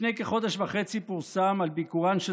לפני כחודש וחצי פורסם על ביקורן של